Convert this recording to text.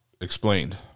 explained